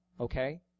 okay